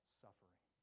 suffering